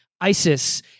ISIS